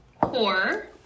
CORE